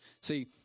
See